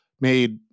made